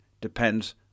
depends